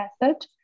method